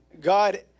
God